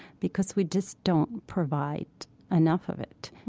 because we just don't provide enough of it.